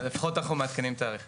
חה"כ טטיאנה מזרסקי,